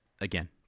again